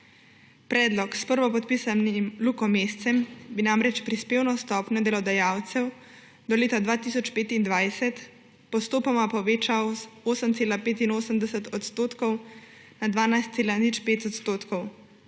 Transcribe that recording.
Predlog s prvopodpisanim Luko Mescem bi namreč prispevno stopnjo delodajalcev do leta 2025 postopoma povečal z 8,85 % na 12,05 %, torej